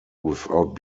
without